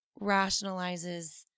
rationalizes